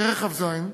כרך כ"ז,